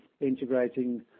integrating